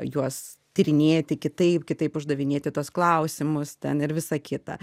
juos tyrinėti kitaip kitaip uždavinėti tuos klausimus ten ir visa kita